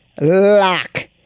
Lock